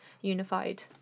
unified